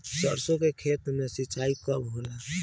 सरसों के खेत मे सिंचाई कब होला?